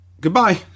goodbye